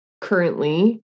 currently